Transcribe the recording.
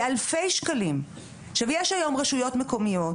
איך אתם רואים את זה?